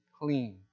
clean